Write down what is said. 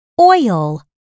Oil